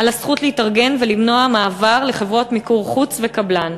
על הזכות להתארגן ולמנוע מעבר לחברות מיקור-חוץ וקבלן.